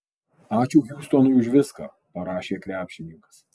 ačiū hjustonui už viską parašė krepšininkas